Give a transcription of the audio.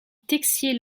texier